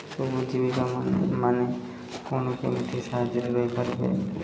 ସବୁ ଜୀବିକା ମାନେ କ'ଣ କେମିତି ସାହାଯ୍ୟରେ ରହିପାରିବେ